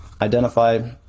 identify